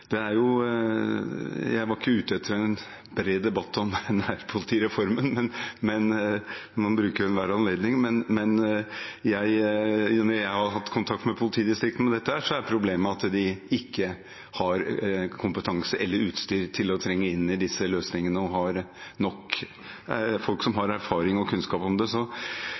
Jeg var ikke ute etter en bred debatt om nærpolitireformen, men man bruker enhver anledning. Når jeg har hatt kontakt med politidistriktene om dette, har problemet vært at de ikke har kompetanse eller utstyr til å trenge inn i disse løsningene, og ikke har nok folk som har erfaring og kunnskap om det.